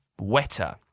wetter